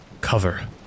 cover